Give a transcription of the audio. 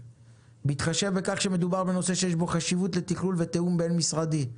בהתחשב בכך שמדובר בנושא שיש בו חשיבות לתכלול ותיאום בין-משרדי.